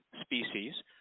species